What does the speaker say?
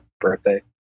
birthday